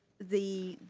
the